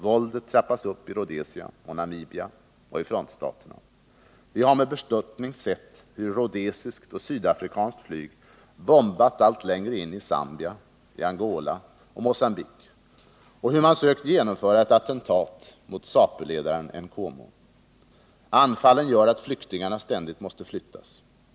Våldet trappas upp i Rhodesia, Namibia och frontstaterna. Vi har med bestörtning sett hur rhodesiskt och sydafrikanskt flyg bombat allt längre in i Zambia, Angola och Mogambique och hur man sökt genomföra ett attentat mot ZAPU-ledaren Nkomo. Anfallen gör att flyktingarna ständigt måste flyttas.